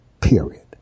period